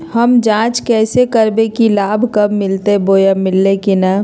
हम जांच कैसे करबे की लाभ कब मिलते बोया मिल्ले की न?